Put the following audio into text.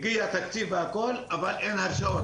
הגיע תקציב והכל, אבל אין הרשאות.